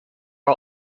are